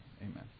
amen